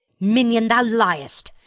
minion, thou liest.